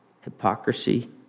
hypocrisy